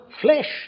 flesh